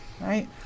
right